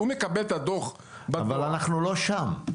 הוא מקבל את הדוח בדואר --- אבל אנחנו לא שם.